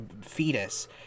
fetus